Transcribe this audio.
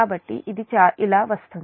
కాబట్టి ఇది ఇలా వస్తుంది